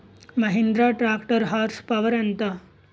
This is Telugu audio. మహీంద్రా ట్రాక్టర్ హార్స్ పవర్ ఎంత?